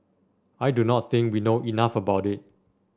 I do not think we know enough about it